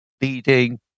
leading